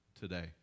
today